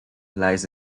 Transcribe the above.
lies